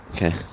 Okay